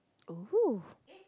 oh